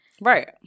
Right